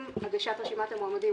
עם הגשת רשימת המועמדים,